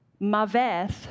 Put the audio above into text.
Maveth